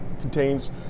contains